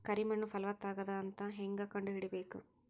ಕರಿ ಮಣ್ಣು ಫಲವತ್ತಾಗದ ಅಂತ ಹೇಂಗ ಕಂಡುಹಿಡಿಬೇಕು?